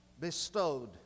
bestowed